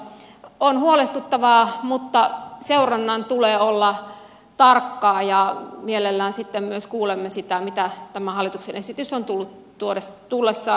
tämä on huolestuttavaa mutta seurannan tulee olla tarkkaa ja mielellään sitten myös kuulemme siitä mitä tämä hallituksen esitys on tuonut tullessaan